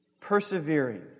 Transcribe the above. Persevering